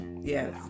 yes